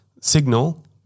signal